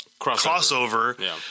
crossover